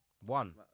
One